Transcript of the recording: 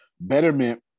betterment